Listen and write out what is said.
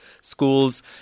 schools